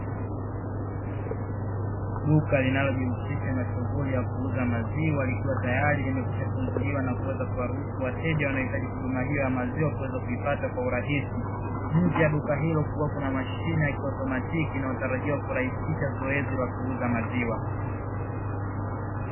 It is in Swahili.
Duka linalojihusisha na shughuli ya kuuza maziwa, likiwa tayari limekwisha kufunguliwa na kuweza kuwaruhusu wateja wanaoitaji huduma hiyo ya maziwa, kuweza kuipata kwa urahisi nje ya duka hilo kukiwa na mashine ya automatiki inayorahisisha zoezi la kuuza maziwa